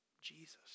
Jesus